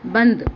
بند